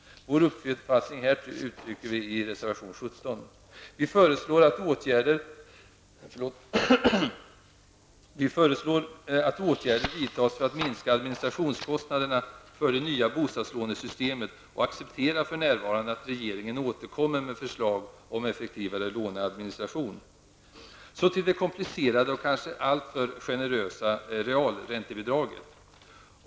Vår uppfattning härvidlag uttrycker vi i reservation 17. Vi föreslår att åtgärder vidtas för att minska administrationskostnaderna för det nya bostadslånesystemet och accepterar för närvarande att regeringen återkommer med förslag om effektivare låneadministration. Så till det komplicerade och kanske alltför generösa realräntebidraget.